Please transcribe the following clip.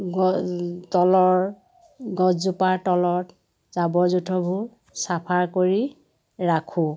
গছ তলৰ গছজোপাৰ তলৰ জাবৰ জোথৰবোৰ চাফা কৰি ৰাখোঁ